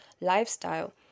lifestyle